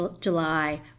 July